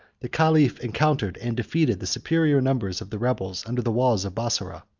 the caliph encountered and defeated the superior numbers of the rebels under the walls of bassora.